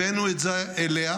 הבאנו את זה אליה,